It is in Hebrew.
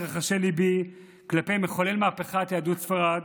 רחשי לב כלפי מחולל מהפכת יהדות ספרד,